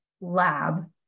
lab